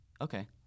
Okay